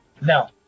No